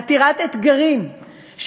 עתירת אתגרים,